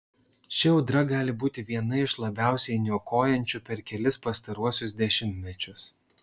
ši audra gali būti viena iš labiausiai niokojančių per kelis pastaruosius dešimtmečius